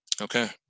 Okay